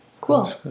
Cool